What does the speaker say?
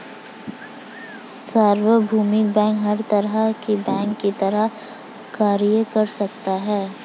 सार्वभौमिक बैंक हर तरह के बैंक की तरह कार्य कर सकता है